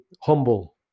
humble